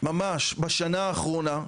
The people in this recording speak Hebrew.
ממש בשנה האחרונה,